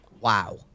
Wow